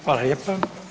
Hvala lijepa.